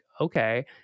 okay